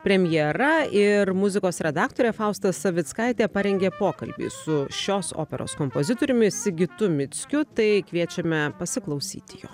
premjera ir muzikos redaktorė fausta savickaitė parengė pokalbį su šios operos kompozitoriumi sigitu mickiu tai kviečiame pasiklausyti jo